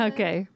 Okay